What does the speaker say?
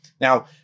Now